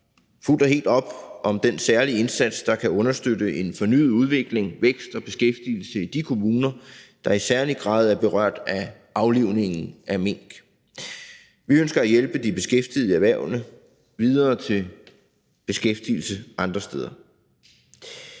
fuldt og helt op om den særlige indsats, der kan understøtte en fornyet udvikling med vækst og beskæftigelse i de kommuner, der i særlig grad er berørt af aflivningen af mink. Vi ønsker at hjælpe de beskæftigede i erhvervene videre til beskæftigelse andre steder.